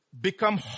become